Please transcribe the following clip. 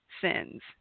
sins